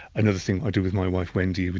another thing i do with my wife, wendy, but